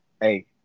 Hey